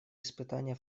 испытания